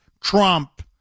trump